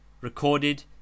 Recorded